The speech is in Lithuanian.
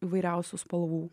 įvairiausių spalvų